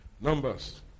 Numbers